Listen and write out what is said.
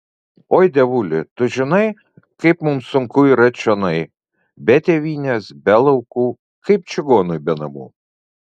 oi dievuli tu žinai kaip mums sunku yra čionai be tėvynės be laukų kaip čigonui be namų